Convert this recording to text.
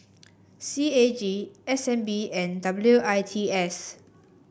C A G S N B and W I T S